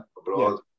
abroad